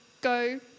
go